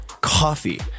Coffee